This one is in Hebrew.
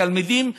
בתלמידים,